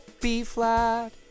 B-flat